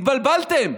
התבלבלתם.